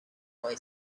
boy